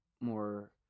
more